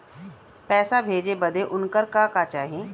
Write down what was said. पैसा भेजे बदे उनकर का का चाही?